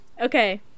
okay